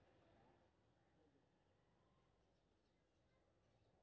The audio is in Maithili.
जब हमरा यू.पी.आई के लिये मौजूद आरो दोसर सुविधा के बारे में जाने के होय?